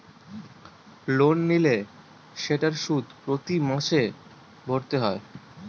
loan নিলে সেটার সুদ প্রতি মাসে ভরতে হয়